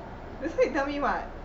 that is what you tell me [what]